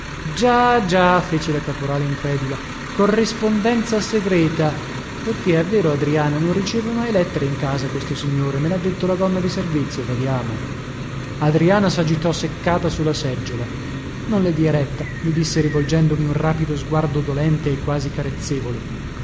già già fece la caporale incredula corrispondenza segreta perché è vero adriana non riceve mai lettere in casa questo signore me lha detto la donna di servizio badiamo adriana sagitò seccata su la seggiola non le dia retta mi disse rivolgendomi un rapido sguardo dolente e quasi